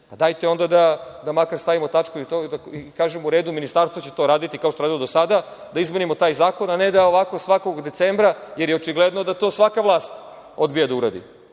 Dajte onda da makar stavimo tačku na to i kažemo – u redu, Ministarstvo će raditi to, kao što je radilo i do sada, da izmenimo taj zakon, a ne da ovako svakog decembra, jer je očigledno da svaka vlast odbija da uradi.